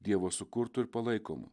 dievo sukurtu ir palaikomu